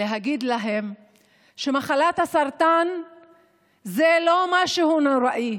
ולהגיד להן שמחלת הסרטן זה לא משהו נוראי,